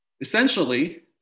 Essentially